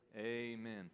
Amen